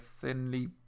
thinly